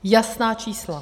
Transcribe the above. Jasná číslo.